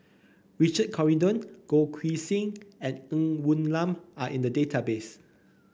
Richard Corridon Goh Keng Swee and Ng Woon Lam Are in the database